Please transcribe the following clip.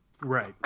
Right